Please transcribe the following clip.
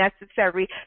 necessary